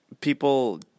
people